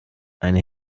eine